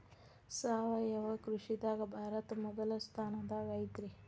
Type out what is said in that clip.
ಸಾವಯವ ಕೃಷಿದಾಗ ಭಾರತ ಮೊದಲ ಸ್ಥಾನದಾಗ ಐತ್ರಿ